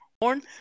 born